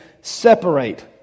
separate